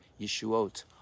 Yeshuot